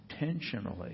intentionally